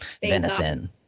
venison